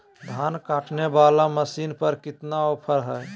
धान काटने वाला मसीन पर कितना ऑफर हाय?